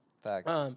Facts